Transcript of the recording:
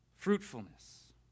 fruitfulness